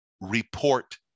report